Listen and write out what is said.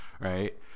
Right